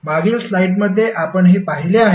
मागील स्लाइडमध्ये आपण हे पाहिले आहे